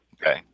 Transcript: okay